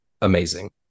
amazing